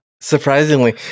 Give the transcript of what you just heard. Surprisingly